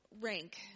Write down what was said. Rank